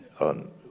on